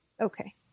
okay